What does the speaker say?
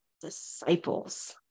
disciples